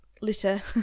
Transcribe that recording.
litter